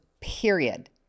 period